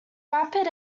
rapid